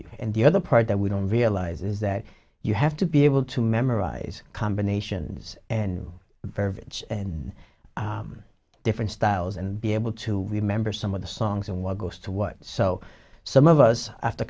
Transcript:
you and the other part that we don't realize is that you have to be able to memorize combinations and burbage and different styles and be able to remember some of the songs and what goes to what so some of us a